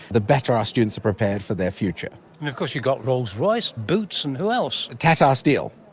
the better our students are prepared for their future. and of course you've got rolls-royce, boots, and who else? tata ah steel.